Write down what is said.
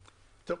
אנחנו,